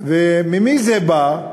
ממי זה בא?